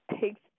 takes